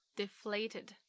deflated